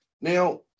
Now